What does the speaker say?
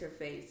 interface